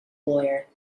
lawyer